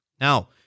Now